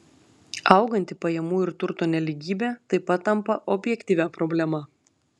auganti pajamų ir turto nelygybė taip pat tampa objektyvia problema